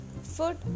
food